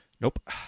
Nope